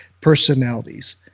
personalities